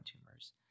tumors